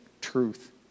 truth